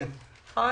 נכון?